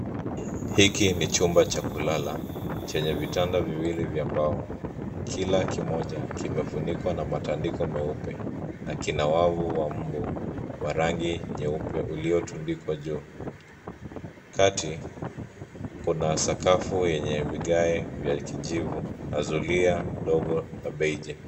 Hiki ni chumba cha kulala chenye vitanda viwili vya mbao. Kila kimoja kimefunikwa na matandiko meupe na kina wavu wa mbu wa rangi nyeupe uliotundikwa juu. Kati kuna sakafu yenye vigae vya kijivu na zulia dogo la beiji.